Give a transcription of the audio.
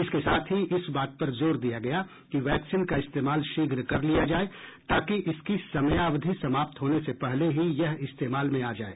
इसके साथ ही इस बात पर जोर दिया गया कि वैक्सीन का इस्तेमाल शीघ्र कर लिया जाए ताकि इसकी समयावधि समाप्त होने से पहले ही यह इस्तेमाल में आ जाए